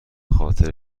خاطر